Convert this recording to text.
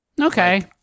Okay